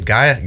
Guy